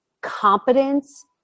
competence